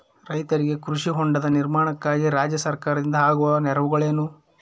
ರೈತರಿಗೆ ಕೃಷಿ ಹೊಂಡದ ನಿರ್ಮಾಣಕ್ಕಾಗಿ ರಾಜ್ಯ ಸರ್ಕಾರದಿಂದ ಆಗುವ ನೆರವುಗಳೇನು?